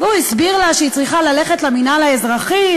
והוא הסביר לה שהיא צריכה ללכת למינהל האזרחי,